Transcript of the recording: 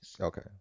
Okay